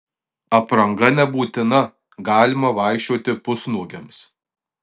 apranga nebebūtina galima vaikščioti pusnuogiams